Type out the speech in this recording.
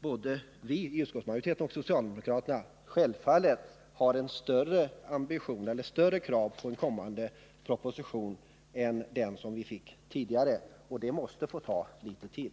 både utskottsmajoriteten och socialdemokraterna självfallet har större krav på kommande proposition, och då måste det få ta litet tid.